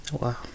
Wow